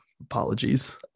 apologies